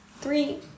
three